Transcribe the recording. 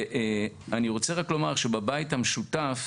אני רוצה לומר שבבית המשותף